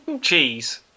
cheese